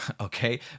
Okay